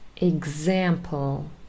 example